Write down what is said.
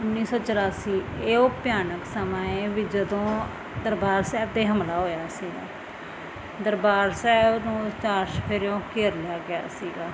ਉੱਨੀ ਸੌ ਚੁਰਾਸੀ ਇਹ ਉਹ ਭਿਆਨਕ ਸਮਾਂ ਹੈ ਵੀ ਜਦੋਂ ਦਰਬਾਰ ਸਾਹਿਬ 'ਤੇ ਹਮਲਾ ਹੋਇਆ ਸੀਗਾ ਦਰਬਾਰ ਸਾਹਿਬ ਨੂੰ ਚਾਰ ਚੁਫੇਰਿਓਂ ਘੇਰ ਲਿਆ ਗਿਆ ਸੀਗਾ